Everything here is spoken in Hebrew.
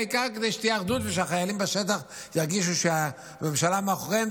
העיקר שתהיה אחדות ושהחיילים בשטח ירגישו שהממשלה מאחוריהם,